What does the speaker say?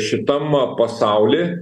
šitam pasauly